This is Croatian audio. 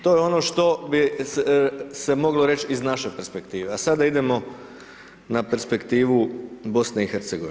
To je ono što bi se moglo reći iz naše perspektive, a sada idemo na perspektivu BiH.